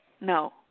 No